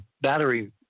battery